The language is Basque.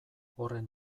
horren